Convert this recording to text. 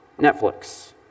Netflix